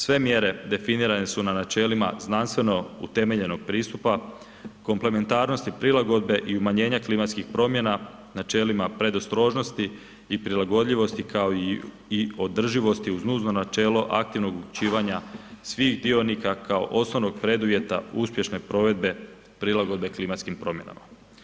Sve mjere definirane su na načelima znanstveno utemeljenog pristupa, komplementarnosti prilagodbe i umanjenja klimatskih promjena načelima predostrožnosti i prilagodljivosti, kao i održivosti uz nužno načelo aktivnog uključivanja svih dionika kao osobnog preduvjeta uspješne provedbe prilagodbe klimatskim promjenama.